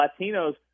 Latinos